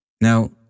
Now